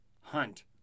Hunt